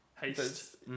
Haste